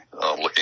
looking